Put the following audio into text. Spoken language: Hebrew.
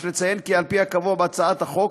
יש לציין כי על פי הקבוע בהצעת החוק,